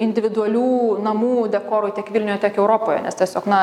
individualių namų dekorui tiek vilniuje tiek europoje nes tiesiog na